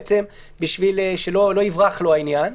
כדי שלא יברח לו העניין,